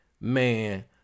man